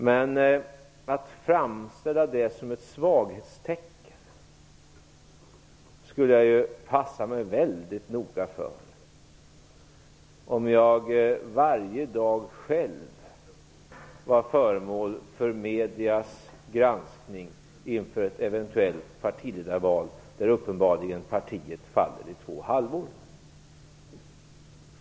Men jag skulle väldigt noga passa mig för att framställa det som ett svaghetstecken, om jag själv varje dag var föremål för mediers granskning inför ett eventuellt partiledarval där partiet uppenbarligen faller i två halvor.